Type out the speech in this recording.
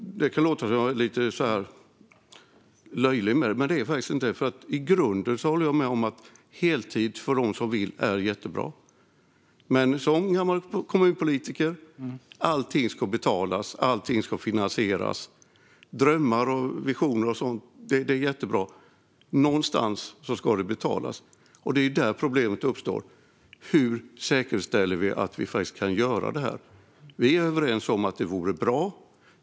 Det låter kanske som att jag gör mig lustig, men det är inte så. I grunden håller jag med om att heltid för dem som vill ha det är jättebra. Men som gammal kommunpolitiker vet jag att allting ska betalas och finansieras. Drömmar och visioner är jättebra, men det ska också betalas. Det är där problemet uppstår. Hur säkerställer vi att vi kan göra detta? Vi är överens om att det vore bra.